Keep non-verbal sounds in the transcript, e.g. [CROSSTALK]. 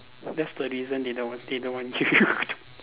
that's the reason they don't want they don't want you [LAUGHS] ti